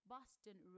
Boston